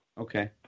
Okay